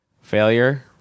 failure